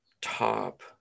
top